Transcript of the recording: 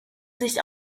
sich